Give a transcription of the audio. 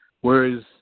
Whereas